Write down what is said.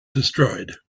destroyed